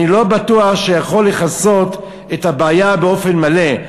אני לא בטוח שיכול לכסות את הבעיה באופן מלא.